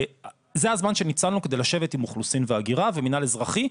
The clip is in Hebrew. זה הזמן שניצלנו כדי לשבת עם אוכלוסין והגירה ומינהל אזרחי,